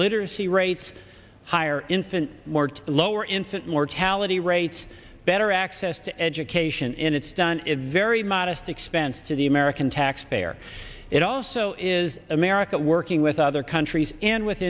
literacy rates higher infant more to lower infant mortality rates better access to education it's done a very modest expense to the american taxpayer it also is america working with other countries and with